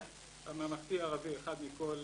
בממלכתי-ערבי אחד מכל